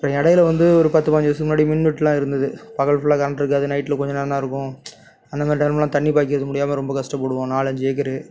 இப்போ இடையில வந்து ஒரு பத்து பதினைஞ்சு வருஷத்துக்கு முன்னாடி மின்வெட்டுலாம் இருந்தது பகல் ஃபுல்லாக கரண்ட்டு இருக்காது நைட்டில் கொஞ்சம் நேரம் தான் இருக்கும் அந்த மாதிரி டைமிலலாம் தண்ணி பாய்க்கிறதுக்கு முடியாமல் ரொம்ப கஷ்டப்படுவோம் நாலஞ்சு ஏக்கரு